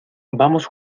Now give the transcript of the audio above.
vamos